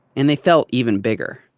and they felt even bigger.